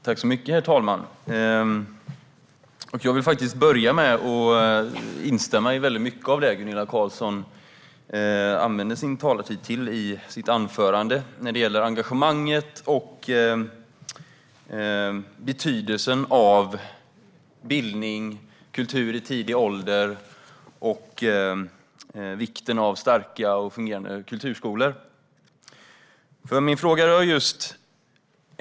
Herr talman! Jag vill faktiskt börja med att instämma i väldigt mycket av det Gunilla Carlsson sa i sitt anförande. Det gäller engagemanget och betydelsen av bildning och kultur i tidig ålder och vikten av starka och fungerande kulturskolor.